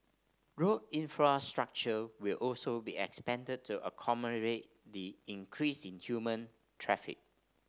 road infrastructure will also be expanded to accommodate the increase in human traffic